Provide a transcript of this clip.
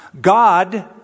God